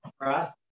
right